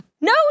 No